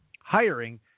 hiring